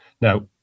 Now